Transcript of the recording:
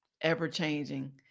ever-changing